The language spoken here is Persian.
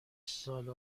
سال